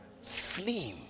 slim